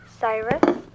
Cyrus